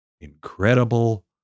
incredible